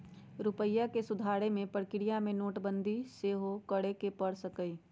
रूपइया के सुधारे कें प्रक्रिया में नोटबंदी सेहो करए के पर सकइय